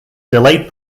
delayed